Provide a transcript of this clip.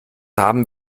haben